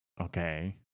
Okay